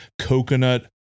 coconut